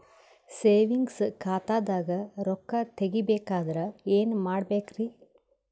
Savings ಖಾತಾದಾಗ ರೊಕ್ಕ ತೇಗಿ ಬೇಕಾದರ ಏನ ಮಾಡಬೇಕರಿ?